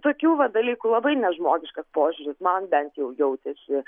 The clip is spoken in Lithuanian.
tokių va dalykų labai nežmogiškas požiūris man bent jau jautėsi